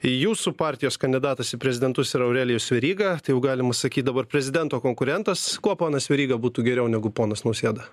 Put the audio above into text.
jūsų partijos kandidatas į prezidentus yra aurelijus veryga tai jau galima sakyt dabar prezidento konkurentas kuo ponas veryga būtų geriau negu ponas nausėda